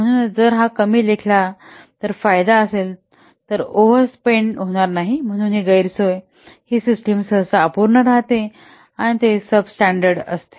म्हणूनच जर हा कमी लेखला तर फायदा असेल तर ओव्हरस्पेन्ड होणार नाही परंतु गैरसोय ही सिस्टम सहसा अपूर्ण राहते आणि ते सुबस्टॅण्डर्ड असते